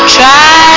Try